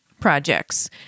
projects